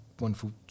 wonderful